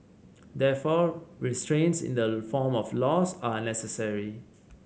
therefore restraints in the form of laws are necessary